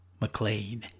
McLean